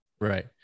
Right